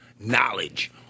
knowledge